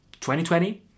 2020